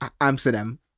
Amsterdam